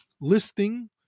listing